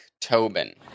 tobin